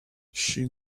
she